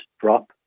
drop